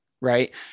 right